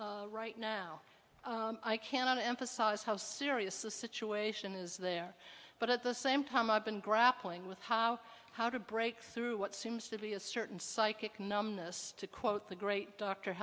right now i cannot emphasize how serious the situation is there but at the same time i've been grappling with how how to break through what seems to be a certain psychic numbness to quote the great dr